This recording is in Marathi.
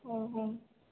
हो हो